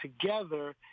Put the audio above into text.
together